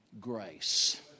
grace